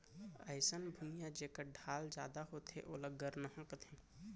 अइसन भुइयां जेकर ढाल जादा होथे ओला गरनहॉं कथें